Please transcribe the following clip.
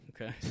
Okay